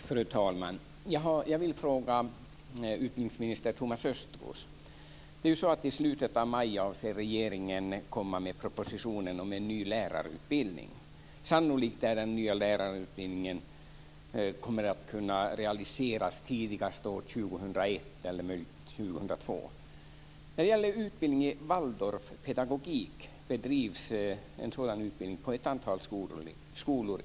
Fru talman! Jag vill ställa en fråga till utbildningsminister Thomas Östros. I slutet av maj avser regeringen att lägga fram propositionen om en ny lärarutbildning. Sannolikt kommer den nya lärarutbildningen att kunna realiseras tidigast år 2001 eller möjligen 2002. Utbildning i Waldorfpedagogik bedrivs på ett antal skolor i landet.